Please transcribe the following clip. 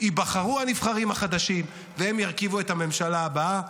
ייבחרו הנבחרים החדשים והם ירכיבו את הממשלה הבאה.